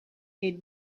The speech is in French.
est